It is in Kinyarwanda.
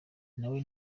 nawe